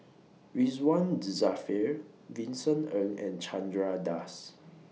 Ridzwan Dzafir Vincent Ng and Chandra Das